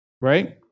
Right